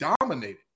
dominated